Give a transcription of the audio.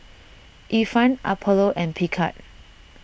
Ifan Apollo and Picard